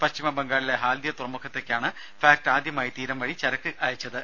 പശ്ചിമ ബംഗാളിലെ ഹാൽദിയ തുറമുഖത്തേക്കാണ് ഫാക്ട് ആദ്യമായി തീരം വഴി ചരക്ക് അയച്ചത്